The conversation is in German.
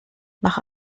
nach